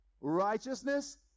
righteousness